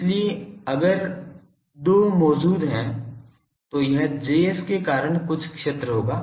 इसलिए अगर दो मौजूद हैं तो यह Js के कारण कुछ क्षेत्र होगा